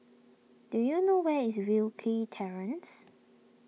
do you know where is Wilkie Terrace